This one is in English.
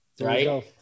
right